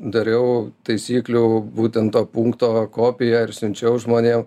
dariau taisyklių būtent to punkto kopiją ir siunčiau žmonėm